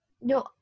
no